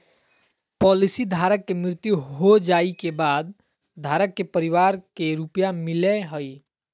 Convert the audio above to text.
policy धारक के मृत्यु हो जाइ के बाद धारक के परिवार के रुपया मिलेय हइ